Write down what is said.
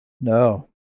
No